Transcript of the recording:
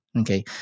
okay